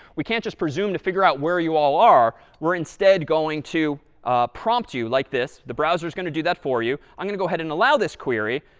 we can't just presume to figure out where you all are. we're instead going to prompt you, like this the browser is going to do that for you. i'm going to go ahead and allow this query.